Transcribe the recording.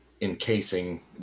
encasing